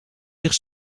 zich